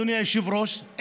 אדוני היושב-ראש,